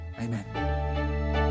Amen